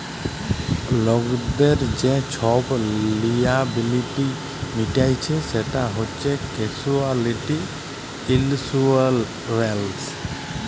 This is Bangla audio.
লকদের যে ছব লিয়াবিলিটি মিটাইচ্ছে সেট হছে ক্যাসুয়ালটি ইলসুরেলস